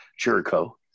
Jericho